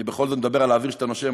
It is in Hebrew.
אני בכל זאת מדבר על האוויר שאתה נושם,